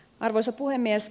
arvoisa puhemies